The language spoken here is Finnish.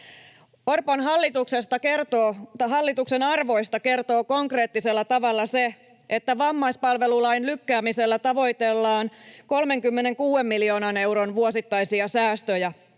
Orpon hallituksen arvoista kertoo konkreettisella tavalla se, että vammaispalvelulain lykkäämisellä tavoitellaan 36 miljoonan euron vuosittaisia säästöjä,